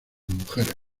mujeres